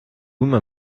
immer